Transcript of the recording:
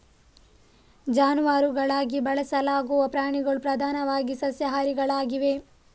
ಜಾನುವಾರುಗಳಾಗಿ ಬಳಸಲಾಗುವ ಪ್ರಾಣಿಗಳು ಪ್ರಧಾನವಾಗಿ ಸಸ್ಯಾಹಾರಿಗಳಾಗಿವೆ